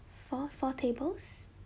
four four tables